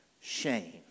shame